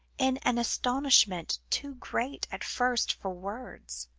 in an astonishment too great at first for words.